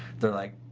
they're like,